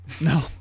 no